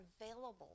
available